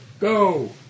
Go